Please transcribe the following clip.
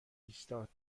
ایستاد